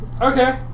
Okay